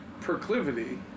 proclivity